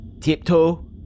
tiptoe